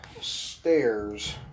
stairs